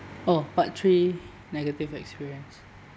oh part three negative experience